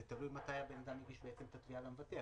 זה תלוי מתי הבן אדם הגיש את התביעה למבטח.